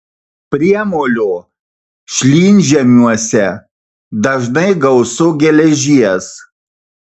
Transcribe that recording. priemolio šlynžemiuose dažnai gausu geležies